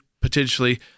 potentially